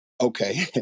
Okay